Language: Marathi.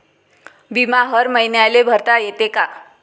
बिमा हर मईन्याले भरता येते का?